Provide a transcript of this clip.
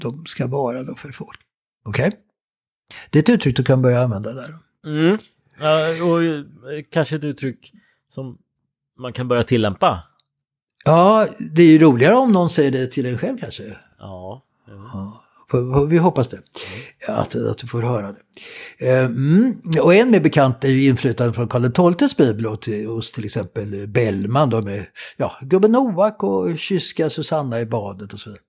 de ska vara då för folk. Okej? Det är ett uttryck du kan börja använda där. Mm. Ja, och, eh, kanske ett uttryck som man kan börja tillämpa. Ja, det är ju roligare om någon säger det till en själv, kanske. Ja, jo. Ja, får- får vi hoppas det. Mm. Att- att du får höra det. Eh, mm. Och en mer bekant är ju inflytande från Karl XII's bibel och till- hos till exempel Bellman då med, ja, gubben Novak och kyska Susanna i badet och så vidare.